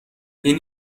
این